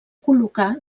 col·locar